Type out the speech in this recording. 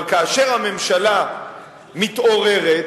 אבל כאשר הממשלה מתעוררת,